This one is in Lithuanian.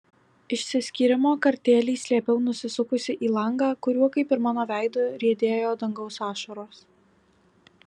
išsiskyrimo kartėlį slėpiau nusisukusi į langą kuriuo kaip ir mano veidu riedėjo dangaus ašaros